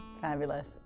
Fabulous